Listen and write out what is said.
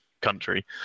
country